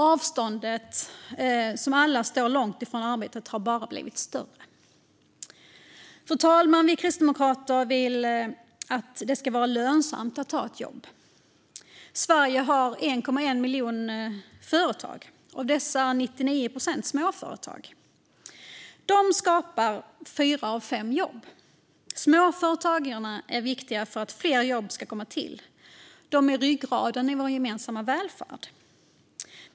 Avståndet för alla som står långt ifrån arbete har bara blivit större. Kristdemokraterna vill att det ska vara lönsamt att ta ett jobb. Fru talman! Sverige har 1,1 miljoner företag. Av dessa är 99 procent småföretag. Där skapas fyra av fem jobb. Småföretagarna är viktiga för att fler jobb ska komma till. De är ryggraden för vår gemensamma välfärd.